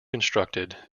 constructed